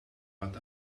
but